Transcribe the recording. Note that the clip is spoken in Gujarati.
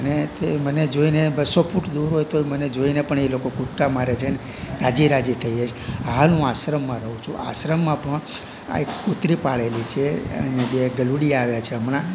અને તે મને જોઈને બસ્સો ફૂટ દૂર હોય તોય મને જોઈને પણ એ લોકો કુદકા મારે છે રાજી રાજી થઈ જાય છે હાલ હું આશ્રમમાં રહું છું આ આશ્રમમાં પણ આ એક કુતરી પાળેલી છે એને બે ગલુડિયા આવ્યા છે હમણાં